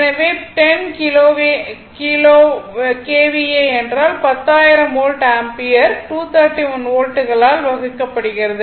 எனவே 10 KVA என்றால் 10000 volt ampere 231 வோல்ட்களால் வகுக்கப்படுகிறது